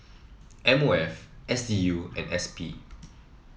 M O F S D U and S P